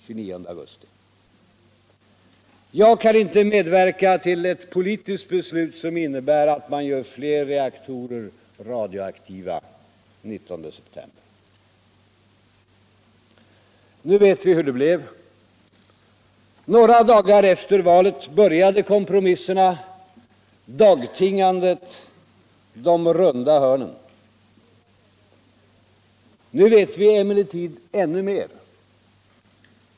”"Jag kan inte medverka tll ett politiskt beslut som innebär att man gör fler roaktorer radioaktiva.” tDen 19 september.) Nu vet vi hur det blev. Några dagar efter valet började kompromisserna. dagtingandert, de runda hörnen. Nu vet vi emellertid ännu mer.